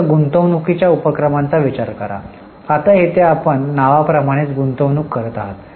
फक्त गुंतवणूकीच्या उपक्रमाचा विचार करा आता येथे आपण नावा प्रमाणेच गुंतवणूक करत आहात